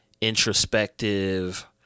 introspective